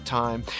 time